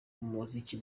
muziki